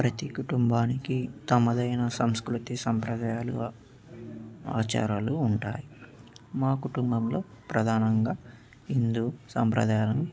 ప్రతి కుటుంబానికి తమదైన సంస్కృతి సంప్రదాయాలు ఆచారాలు ఉంటాయి మా కుటుంబంలో ప్రధానంగా హిందూ సంప్రదాయాలను